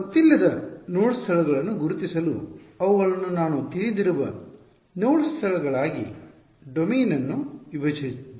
ಗೊತ್ತಿಲ್ಲದ ನೋಡ್ ಸ್ಥಳಗಳನ್ನು ಗುರುತಿಸಲು ಅವುಗಳನ್ನು ನಾನು ತಿಳಿದಿರುವ ನೋಡ್ ಸ್ಥಳಗಳಾಗಿ ಡೊಮೇನ್ ಅನ್ನು ವಿಭಜಿಸಿದ್ದೇನೆ